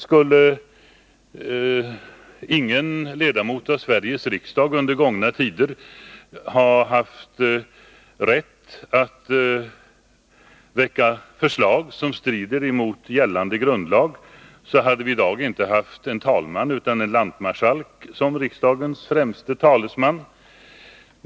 Om ingen ledamot av Sveriges riksdag under gångna tider skulle ha haft rätt att väcka förslag som stred mot gällande grundlag, hade vi i dag inte haft en talman utan en lantmarskalk som riksdagens främste talesman.